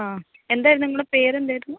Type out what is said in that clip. ആ എന്തായിരുന്നു നിങ്ങളുടെ പേരെന്തായിരുന്നു